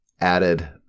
added